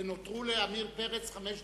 ונותרו לעמיר פרץ חמש דקות.